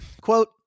quote